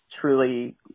truly